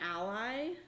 ally